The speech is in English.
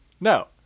no